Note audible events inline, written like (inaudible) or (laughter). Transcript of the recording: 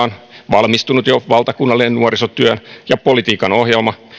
(unintelligible) on valmistunut jo valtakunnallinen nuorisotyön ja politiikan ohjelma